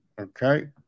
okay